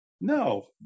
No